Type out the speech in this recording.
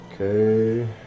Okay